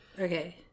okay